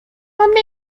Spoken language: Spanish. nidos